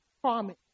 promise